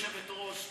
גברתי היושבת-ראש,